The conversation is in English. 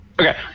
Okay